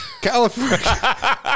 California